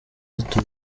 ati